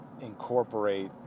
incorporate